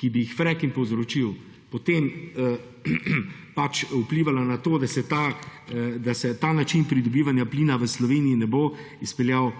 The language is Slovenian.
ki bi jih fracking povzročil, potem pa vplivala na to, da se ta način pridobivanja plina v Sloveniji ne bo izpeljal.